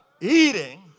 eating